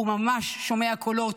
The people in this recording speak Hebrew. הוא ממש שומע קולות,